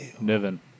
Niven